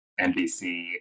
NBC